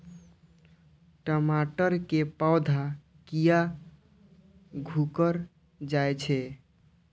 टमाटर के पौधा किया घुकर जायछे?